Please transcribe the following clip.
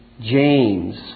James